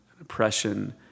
oppression